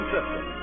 System